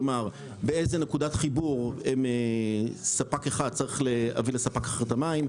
כלומר באיזו נקודת חיבור ספק אחד צריך להביא לספ אחר את המים,